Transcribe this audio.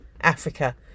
Africa